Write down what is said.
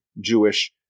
Jewish